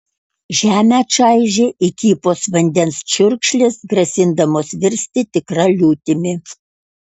žemę čaižė įkypos vandens čiurkšlės grasindamos virsti tikra liūtimi